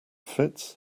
fits